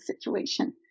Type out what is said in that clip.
situation